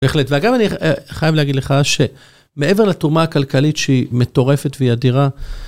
בהחלט, ואגב, אני חייב להגיד לך, שמעבר לתרומה הכלכלית שהיא מטורפת והיא אדירה, ...